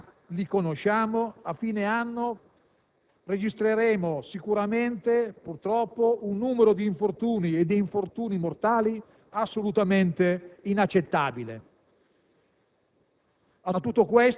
Lo scorso anno abbiamo registrato quasi un milione di infortuni, di cui 1.302 mortali. Alla fine di questo anno - i dati in parte già li conosciamo -